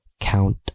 Count